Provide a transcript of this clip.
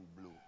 blue